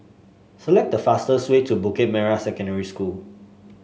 select the fastest way to Bukit Merah Secondary School